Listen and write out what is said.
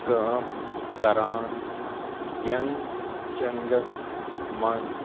کٲم کران یَنگ چنٛگَس منٛز